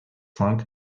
cinq